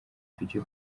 tujye